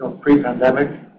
pre-pandemic